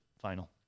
final